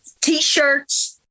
T-shirts